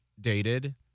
dated